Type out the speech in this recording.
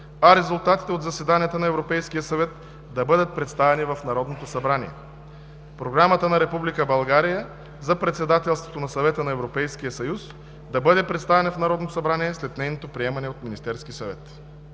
а резултатите от заседанията на Европейския съвет да бъдат представени в Народното събрание. 4. Програмата на Република България за Председателството на Съвета на Европейския съюз да бъде представена в Народното събрание след нейното приемане от Министерския съвет.”